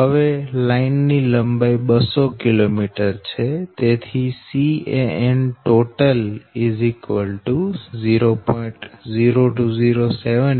હવે લાઈન ની લંબાઈ 200 કિલોમીટર છે તેથી Can 0